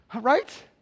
right